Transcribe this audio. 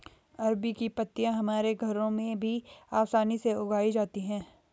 अरबी की पत्तियां हमारे घरों में भी आसानी से उगाई जाती हैं